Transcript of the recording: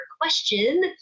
question